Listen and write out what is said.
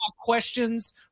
questions